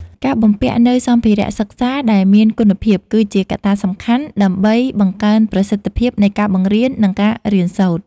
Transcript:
ការបំពាក់នូវសម្ភារៈសិក្សាដែលមានគុណភាពគឺជាកត្តាសំខាន់ដើម្បីបង្កើនប្រសិទ្ធភាពនៃការបង្រៀននិងការរៀនសូត្រ។